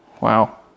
Wow